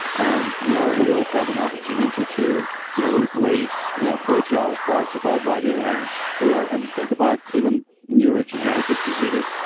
and you know we'll have an opportunity to you know replace fragile parts of our body and we'll. and think about even new regenerative diseases.